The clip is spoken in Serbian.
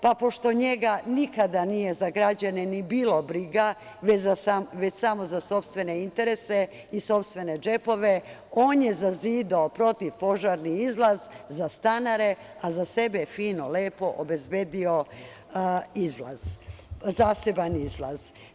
Pa pošto njega nikada za građane ni bilo briga, već samo za sopstvene interese i sopstvene džepove, on je zazidao protivpožarni izlaz za stanare, a za sebe fino, lepo obezbedio zaseban izlaz.